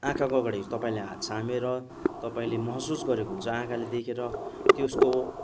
आँखाको अगाडि हुन्छ तपाईँले हात छामेर तपाईँले महसुस गरेको हुन्छ आँखाले देखेर त्यसको